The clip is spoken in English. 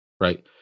right